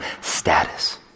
status